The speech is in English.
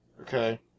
Okay